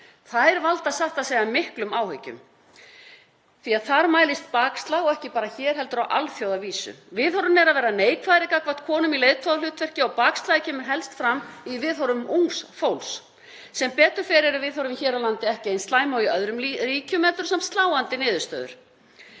Þær valda satt að segja miklum áhyggjum því að þar mælist bakslag og ekki bara hér heldur á alþjóðavísu. Viðhorfin eru að verða neikvæðari gagnvart konum í leiðtogahlutverki og bakslagið kemur helst fram í viðhorfum ungs fólks. Sem betur fer eru viðhorfin hér á landi ekki eins slæm og í öðrum ríkjum en þetta eru samt sláandi niðurstöður.